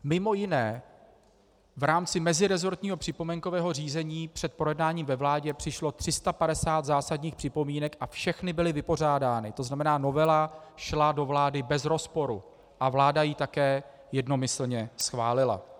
Mimo jiné v rámci meziresortního připomínkového řízení před projednáváním ve vládě přišlo 350 zásadních připomínek a všechny byly vypořádány, to znamená novela šla do vlády bez rozporu a vláda ji také jednomyslně schválila.